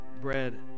bread